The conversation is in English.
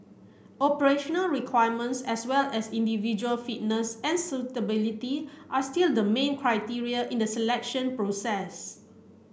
operational requirements as well as individual fitness and suitability are still the main criteria in the selection process